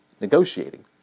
Negotiating